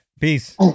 peace